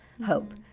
hope